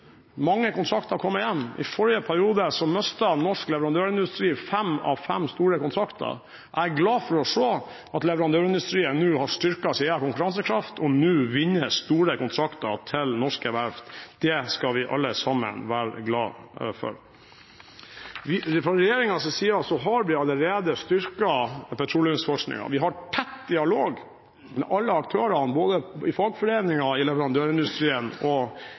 mange kontrakter kommer hjem. I forrige periode mistet norsk leverandørindustri fem av fem store kontrakter. Jeg er glad for å se at leverandørindustrien har styrket sin konkurransekraft og nå vinner store kontrakter til norske verft. Det skal vi alle sammen være glade for. Fra regjeringens side har vi allerede styrket petroleumsforskningen. Vi har tett dialog med alle aktørene både i fagforeningene, i leverandørindustrien og